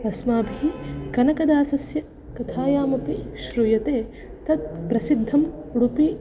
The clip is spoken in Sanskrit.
अस्माभिः कनकदासस्य कथायामपि श्रूयते तत्प्रसिद्धम् उडुपि